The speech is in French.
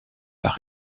par